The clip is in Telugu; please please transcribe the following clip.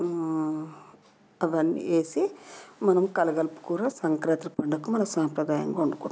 అవన్నీ వేసి